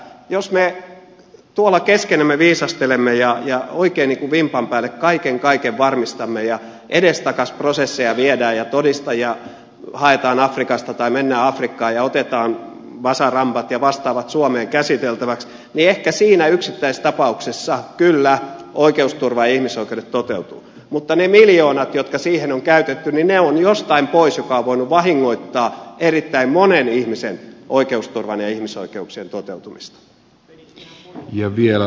jos me tuolla keskenämme viisastelemme ja oikein vimpan päälle kaiken kaiken varmistamme ja edestakaisin prosesseja viemme ja todistajia haemme afrikasta tai menemme afrikkaan ja otamme bazarambat ja vastaavat suomeen käsiteltäviksi niin ehkä siinä yksittäistapauksessa kyllä oikeusturva ja ihmisoikeudet toteutuvat mutta ne miljoonat jotka siihen on käytetty ovat jostain pois mikä on voinut vahingoittaa erittäin monen ihmisen oikeusturvan ja ihmisoikeuksien toteutumista